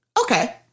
Okay